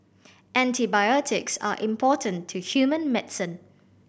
antibiotics are important to human medicine